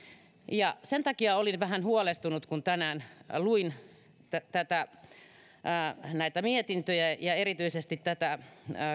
ja sen takia olin vähän huolestunut kun tänään luin näitä mietintöjä ja erityisesti tätä